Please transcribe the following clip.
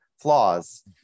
flaws